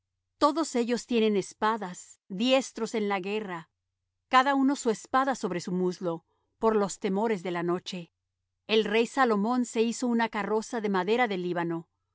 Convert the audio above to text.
todos ellos tienen espadas diestros en la guerra cada uno su espada sobre su muslo por los temores de la noche el rey salomón se hizo una carroza de madera del líbano